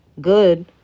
good